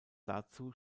dazu